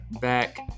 back